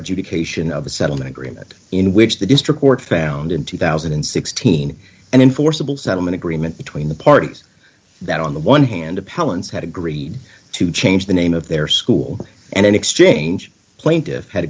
adjudication of a settlement agreement in which the district court found in two thousand and sixteen and enforceable settlement agreement between the parties that on the one hand appellants had agreed to change the name of their school and in exchange plaintive had